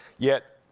yet,